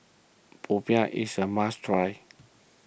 Popiah is a must try